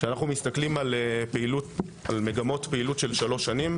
כשאנחנו מסתכלים על מגמות פעילות של שלוש שנים,